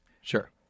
Sure